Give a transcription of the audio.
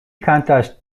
kantas